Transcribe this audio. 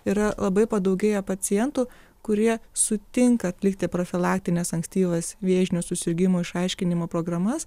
yra labai padaugėję pacientų kurie sutinka atlikti profilaktines ankstyvas vėžinių susirgimų išaiškinimo programas